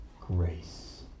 grace